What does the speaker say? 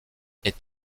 est